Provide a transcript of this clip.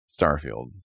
Starfield